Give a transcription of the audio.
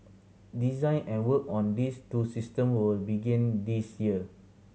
design and work on these two system will begin this year